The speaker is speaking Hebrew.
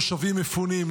תושבים מפונים,